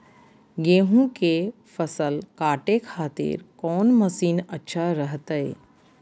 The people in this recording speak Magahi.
गेहूं के फसल काटे खातिर कौन मसीन अच्छा रहतय?